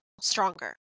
stronger